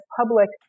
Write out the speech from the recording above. public